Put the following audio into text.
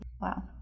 Wow